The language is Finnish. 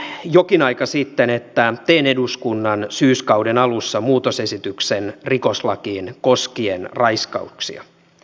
lupasin jokin aika sitten että teen eduskunnan syyskauden alussa muutosesityksen rikoslakiin koskien raiskauksia